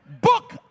book